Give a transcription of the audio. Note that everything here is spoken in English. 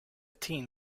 team